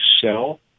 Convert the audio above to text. sell